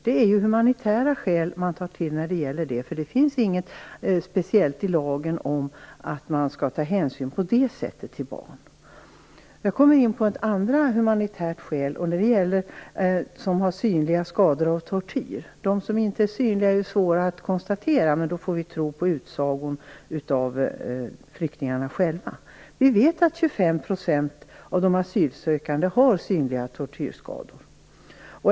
Man tar till humanitära skäl i barnkonventionen, eftersom det inte finns något speciellt i lagen som säger att man skall ta den typen av hänsyn till barn. Jag kommer då in på ett annat humanitärt skäl. Det gäller dem som har synliga skador av tortyr. De skador som inte är synliga är ju svårare att konstatera, men då får vi tro på flyktingarnas egen utsago. Vi vet att 25 % av de asylsökande har synliga tortyrskador.